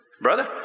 Brother